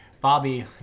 Bobby